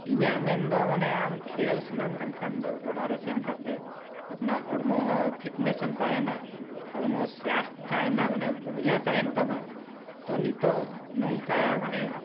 ᱤᱧᱟᱹᱜ ᱢᱮᱱᱫᱚ ᱢᱟᱱᱮ ᱟᱢ ᱠᱷᱮᱞ ᱥᱟᱱᱟᱢ ᱠᱟᱱ ᱠᱷᱟᱱ ᱫᱚ ᱜᱚᱰᱟᱨᱮ ᱥᱮᱱ ᱠᱟᱛᱮ ᱟᱯᱱᱟᱨ ᱦᱚᱲᱢᱚ ᱦᱚᱸ ᱯᱷᱤᱴᱱᱮᱥ ᱮᱢ ᱛᱟᱦᱮᱱᱟ ᱦᱚᱲᱢᱚ ᱥᱟᱥᱛᱷ ᱛᱟᱦᱮᱱᱟ ᱢᱟᱱᱮ ᱵᱟᱹᱲᱤᱭᱟ ᱛᱟᱦᱮᱱ ᱛᱟᱢᱟ ᱛᱚ ᱱᱤᱛᱳᱜ ᱱᱚᱝᱠᱟ ᱢᱟᱱᱮ